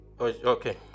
Okay